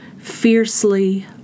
fiercely